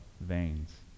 veins